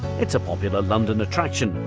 it's a popular london attraction,